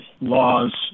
laws